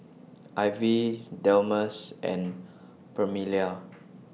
Ivie Delmus and Permelia